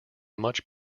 much